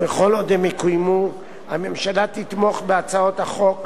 וכל עוד הם יקוימו, הממשלה תתמוך בהצעות החוק,